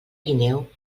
guineu